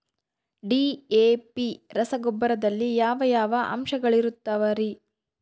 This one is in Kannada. ಡಿ.ಎ.ಪಿ ರಸಗೊಬ್ಬರದಲ್ಲಿ ಯಾವ ಯಾವ ಅಂಶಗಳಿರುತ್ತವರಿ?